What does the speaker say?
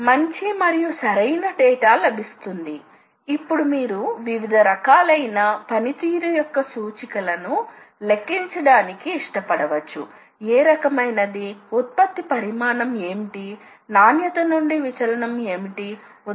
అప్పుడు ఈ పాయింట్ మరియు కోఆర్డినేట్ లన్నీ రెండు విధాలుగా ప్రస్తావించబడతాయి ఒకటి ఇంక్రిమెంటల్ లేదా అబ్సొల్యూట్ సిస్టమ్